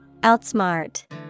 Outsmart